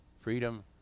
Freedom